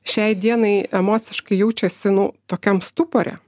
šiai dienai emociškai jaučiasi nu tokiam stupore